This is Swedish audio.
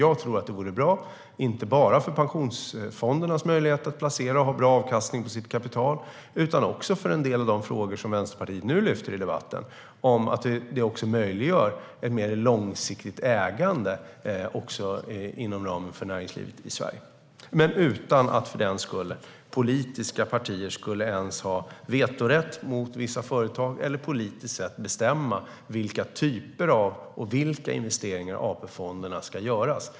Jag tror att det vore bra, inte bara för pensionsfondernas möjlighet att placera och ha bra avkastning på sitt kapital utan också för det som Vänsterpartiet nu lyfter upp i debatten om att det också möjliggör ett mer långsiktigt ägande också inom ramen för näringslivet i Sverige - men utan att för den skulle politiska partier skulle ha vetorätt mot vissa företag eller politiskt bestämma vilka investeringar AP-fonderna ska göra.